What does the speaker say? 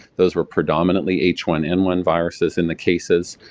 those were predominantly h one n one viruses in the cases.